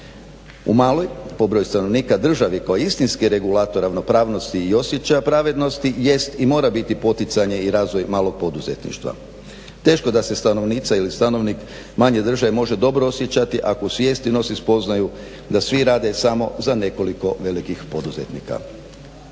U maloj po broju stanovnika državi kao istinski regulatorno pravnosti i osjećaja pravednosti jest i mora biti poticanje i razvoj malog poduzetništva. Teško da se stanovnica ili stanovnik manje drže i može dobro osjećati ako u svijesti nosi spoznaju da svi rade samo za nekoliko velikih poduzetnika.